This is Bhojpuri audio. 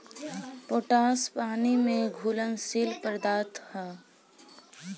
पोटाश पानी में घुलनशील पदार्थ ह